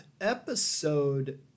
episode